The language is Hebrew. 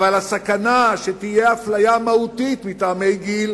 אבל הסכנה שתהיה הפליה מהותית מטעמי גיל